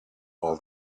all